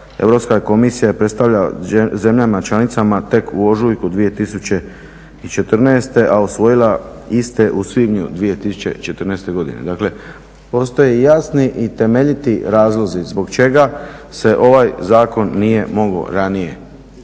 Europska komisija predstavlja zemljama članicama tek u ožujku 2014., a usvojila iste u svibnju 2014. godine. Dakle, postoje jasni i temeljiti razlozi zbog čega se ovaj zakon nije mogao ranije